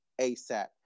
ASAP